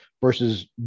versus